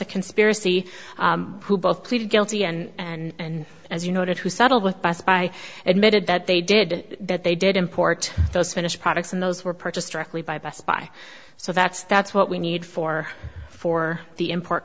the conspiracy who both pleaded guilty and as you noted who settled with best buy admitted that they did that they did import those finished products and those were purchased directly by best buy so that's that's what we need for for the import